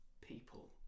people